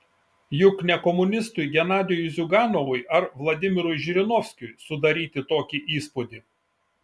juk ne komunistui genadijui ziuganovui ar vladimirui žirinovskiui sudaryti tokį įspūdį